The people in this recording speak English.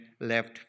left